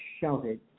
shouted